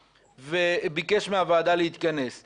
לקיים דיון ולהכריע בסוגיה ואשר על כן למרות בקשותיו של חבר הכנסת דאז,